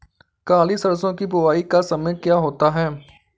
काली सरसो की बुवाई का समय क्या होता है?